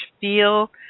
Feel